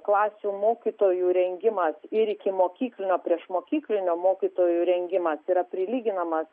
klasių mokytojų rengimas ir ikimokyklinio priešmokyklinio mokytojų rengimas yra prilyginamas